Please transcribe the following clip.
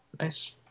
Nice